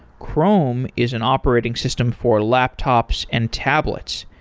chrome is an operating system for laptops and tablets.